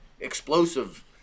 explosive